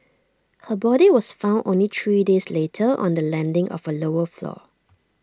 her body was found only three days later on the landing of A lower floor